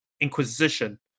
Inquisition